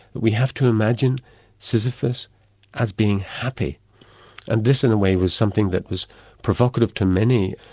we have to imagine sisyphus as being happy and this in a way was something that was provocative to many.